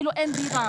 אפילו אין דירה.